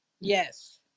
Yes